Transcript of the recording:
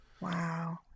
wow